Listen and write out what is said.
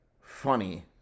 funny